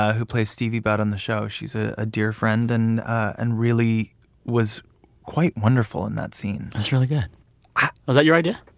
ah who plays stevie budd on the show. she's a ah dear friend and and really was quite wonderful in that scene that's really good. was that your idea?